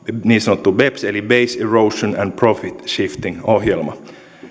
niin sanottu beps eli base erosion and profit shifting ohjelma